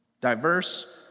Diverse